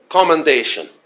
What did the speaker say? Commendation